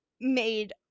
made